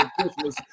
Christmas